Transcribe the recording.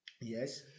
Yes